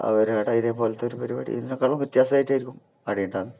അവരുടെയിടയിൽ പോലത്തെ പരിപാടി ഇതിനേക്കാളും വ്യത്യാസമായിട്ടായിരിക്കും അവിടെ ഉണ്ടാകുന്നത്